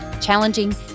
challenging